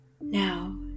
Now